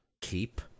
keep